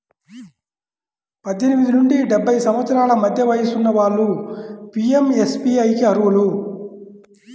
పద్దెనిమిది నుండి డెబ్బై సంవత్సరాల మధ్య వయసున్న వాళ్ళు పీయంఎస్బీఐకి అర్హులు